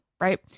right